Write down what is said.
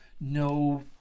no